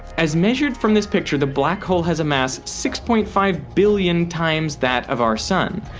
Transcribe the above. as measured from this picture the black hole has a mass six point five billion times that of our sun.